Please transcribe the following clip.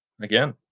again